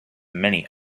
many